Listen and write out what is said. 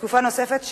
לתקופה נוספת,